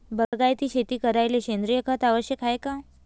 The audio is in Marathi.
बागायती शेती करायले सेंद्रिय खत आवश्यक हाये का?